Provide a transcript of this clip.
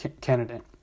candidate